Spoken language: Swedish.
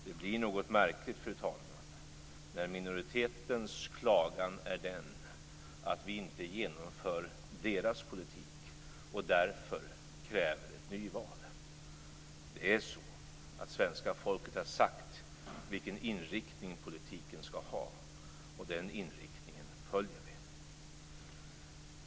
Det blir något märkligt, fru talman, när minoritetens klagan är den att vi inte genomför dess politik och när den därför kräver ett nyval. Det är så att svenska folket har sagt vilken inriktning politiken skall ha, och den inriktningen följer vi.